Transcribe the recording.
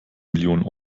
millionen